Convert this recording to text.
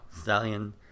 Stallion